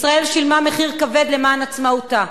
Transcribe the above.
ישראל שילמה מחיר כבד למען עצמאותה.